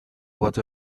what